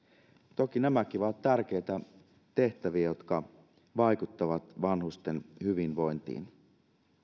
toki nämäkin ovat tärkeitä tehtäviä jotka vaikuttavat vanhusten hyvinvointiin